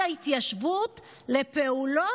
היושב בראש,